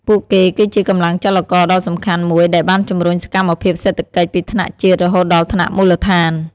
ពួកគេ គឺជាកម្លាំងចលករដ៏សំខាន់មួយដែលបានជំរុញសកម្មភាពសេដ្ឋកិច្ចពីថ្នាក់ជាតិរហូតដល់ថ្នាក់មូលដ្ឋាន។